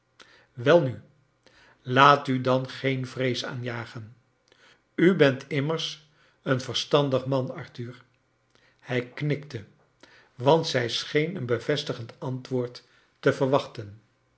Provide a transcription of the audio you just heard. welnu laat u dan geen vrees aanjagen u bent immers een verstandig man arthur hij knikte want zij scheen een bevestigend antwoord te verwachten